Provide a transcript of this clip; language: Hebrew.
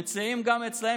גם אצלם.